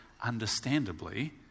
understandably